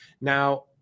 now